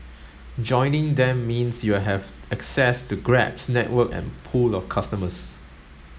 joining them means you'll have access to Grab's network and pool of customers